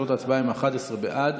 תוצאות ההצבעה הן תשעה בעד,